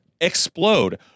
explode